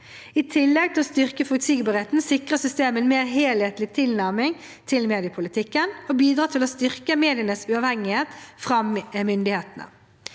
I tillegg til å styrke forutsigbarheten sikrer systemet en mer helhetlig tilnærming til mediepolitikken og bidrar til å styrke medienes uavhengighet fra myndighetene.